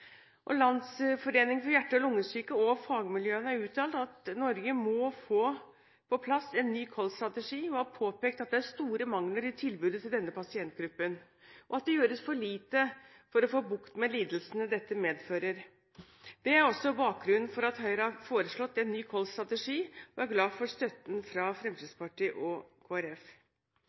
kolsepidemien. Landsforeningen for hjerte- og lungesyke og fagmiljøene har uttalt at Norge må få på plass en ny kolsstrategi, og har påpekt at det er store mangler i tilbudet til denne pasientgruppen, og at det gjøres for lite for å få bukt med lidelsene dette medfører. Det er også bakgrunnen for at Høyre har foreslått en ny kolsstrategi, og vi er glad for støtten fra Fremskrittspartiet og